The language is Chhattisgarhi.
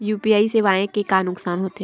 यू.पी.आई सेवाएं के का नुकसान हो थे?